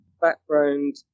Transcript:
background